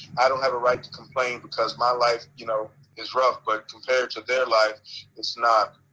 i don't have a right to complain because my life you know is rough but compared to their life it's not.